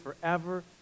forever